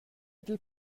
dil